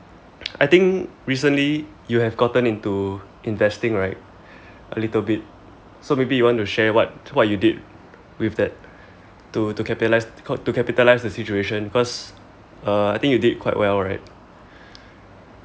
I think recently you have gotten into investing right a little bit so maybe you want to share what what you did with that to to capitalise to capitalise the the situation cause I think uh you did quite well right